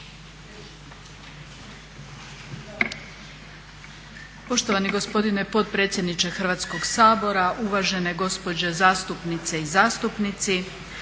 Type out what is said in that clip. Poštovani gospodine potpredsjedniče Hrvatskoga sabora, uvažene gospođe zastupnice i zastupnici.